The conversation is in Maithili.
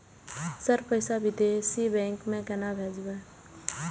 सर पैसा विदेशी बैंक में केना भेजबे?